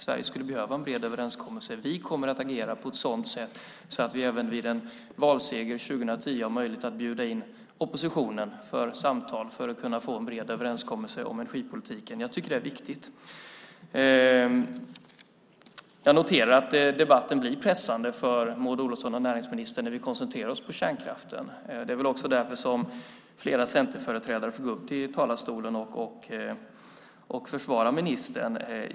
Sverige skulle behöva en bred överenskommelse. Vi kommer att agera på ett sådant sätt att vi även vid en valseger 2010 har möjlighet att bjuda in oppositionen för samtal för att kunna få en bred överenskommelse om energipolitiken. Jag tycker att det är viktigt. Jag noterar att debatten blir pressande för näringsminister Maud Olofsson när vi koncentrerar oss på kärnkraften. Det är väl också därför som flera centerföreträdare gått upp i talarstolen och försvarat ministern.